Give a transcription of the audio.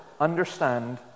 understand